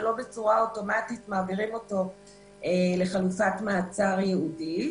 ולא בצורה אוטומטית מעבירים אותו לחלופת מעצר ייעודית,